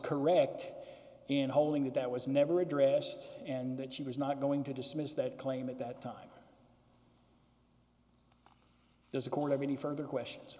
correct in holding that that was never addressed and that she was not going to dismiss that claim at that time there's a court of any further questions